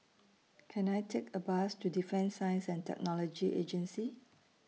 Can I Take A Bus to Defence Science and Technology Agency